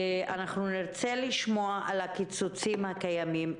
נרצה לשמוע על הקיצוצים הקיימים,